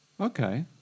Okay